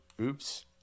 oops